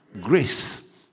Grace